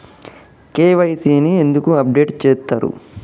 KYC ని ఎందుకు update చేత్తరు?